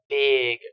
big